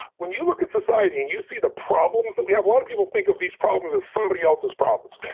when you look at society and you see the problems that we have a lot of people think of these problems as somebody else's problems.